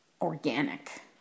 organic